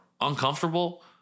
uncomfortable